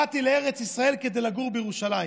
באתי לארץ ישראל כדי לגור בירושלים.